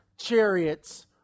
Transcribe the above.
chariots